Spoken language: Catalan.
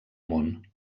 món